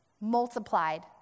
multiplied